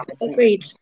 agreed